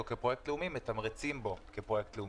כפרויקט לאומי מתמרצים בו כפרויקט לאומי.